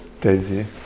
Daisy